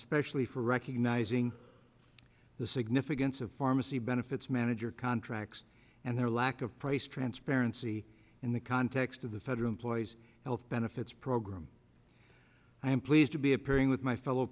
especially for recognizing the significance of pharmacy benefits manager contracts and their lack of price transparency in the context of the federal employees health benefits program i am pleased to be appearing with my fellow